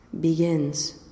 begins